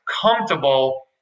comfortable